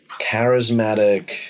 charismatic